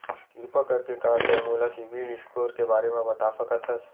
किरपा करके का तै मोला सीबिल स्कोर के बारे माँ बता सकथस?